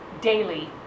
daily